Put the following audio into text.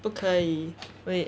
不可以 wait